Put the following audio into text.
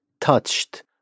touched